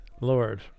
Lord